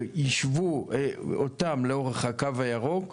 שישבו אותם לאורך הקו הירוק.